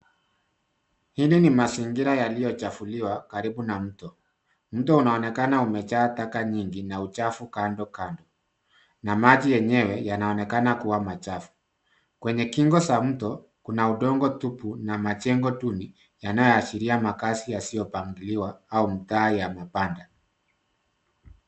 Hili ni mazingira yaliyochafuliwa karibu na mto, mto unaonekana umejaa taka nyingi na uchafu kando kando na maji yenyewe yanaonekana kua machafu kwenye kingo za mto kuna udongo tupu na majengo duni yanayoashiria makazi yasiyopangiliwa au mtaa ya mabanda.